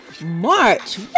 March